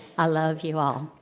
i love you all.